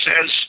says